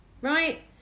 right